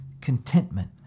contentment